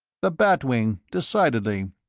the bat wing, decidedly.